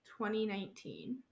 2019